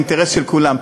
אינטרס של כולם.